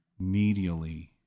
medially